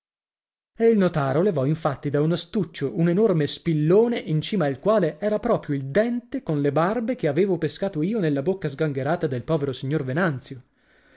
e il notaro levò infatti da un astuccio un enorme spillone in cima al quale era proprio il dente con le barbe che avevo pescato io nella bocca sgangherata del povero signor venanzio